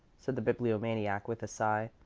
said the bibliomaniac with a sigh,